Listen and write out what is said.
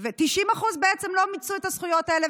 90% לא מיצו את הזכויות האלה.